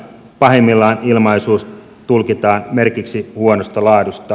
pahimmillaan ilmaisuus tulkitaan merkiksi huonosta laadusta